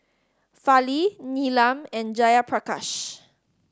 Fali Neelam and Jayaprakash